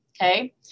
Okay